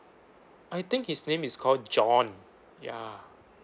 I think his name is call john ya